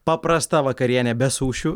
paprasta vakarienė be sušių